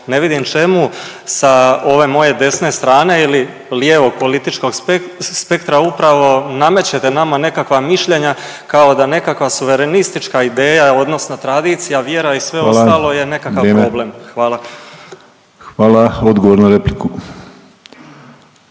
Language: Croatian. Ne vidim čemu sa ove moje desne strane ili lijevog političkog spektra upravo namećete nama nekakva mišljenja kao da nekakva suverenistička ideja odnosno tradicija, vjera i sve ostalo … …/Upadica Ivan Penava: Hvala, vrijeme./…